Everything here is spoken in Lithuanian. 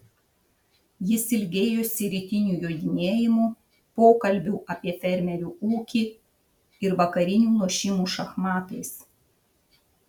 jis ilgėjosi rytinių jodinėjimų pokalbių apie fermerių ūkį ir vakarinių lošimų šachmatais